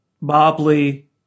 Mobley